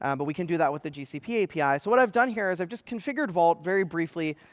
um but we can do that with the gcp api. so what i've done here is i've just configured vault, very briefly,